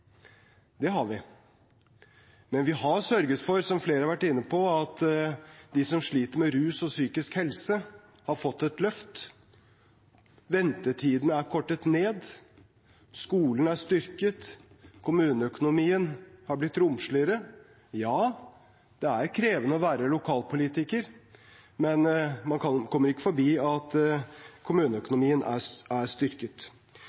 Det har vi. Men vi har, som flere har vært inne på, sørget for at de som sliter med rus og psykisk helse, har fått et løft. Ventetidene er kortet ned, skolen er styrket, kommuneøkonomien har blitt romsligere. Ja, det er krevende å være lokalpolitiker, men man kommer ikke forbi at kommuneøkonomien er styrket.